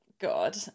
God